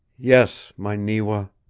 yes, my newa